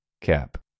Cap